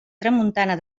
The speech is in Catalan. tramuntana